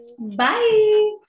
Bye